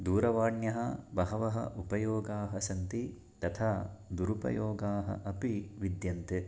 दूरवाण्याः बहवः उपयोगाः सन्ति तथा दुरुपयोगाः अपि विद्यन्ते